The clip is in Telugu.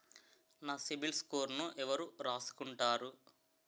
నా సిబిల్ స్కోరును ఎవరు రాసుకుంటారు